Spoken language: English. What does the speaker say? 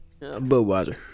Budweiser